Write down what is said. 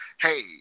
Hey